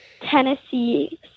Tennessee